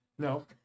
No